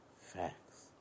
Facts